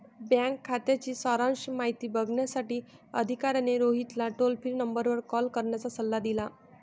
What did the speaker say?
bank खात्याची सारांश माहिती बघण्यासाठी अधिकाऱ्याने रोहितला टोल फ्री नंबरवर कॉल करण्याचा सल्ला दिला